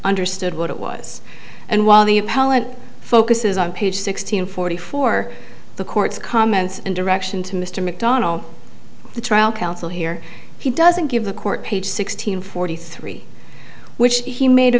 understood what it was and while the appellant focuses on page sixteen forty four the court's comments and direction to mr macdonald the trial counsel here he doesn't give the court page sixteen forty three which he made a